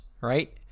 right